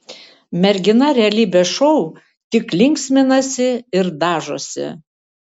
mergina realybės šou tik linksminasi ir dažosi